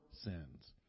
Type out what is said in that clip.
sins